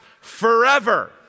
forever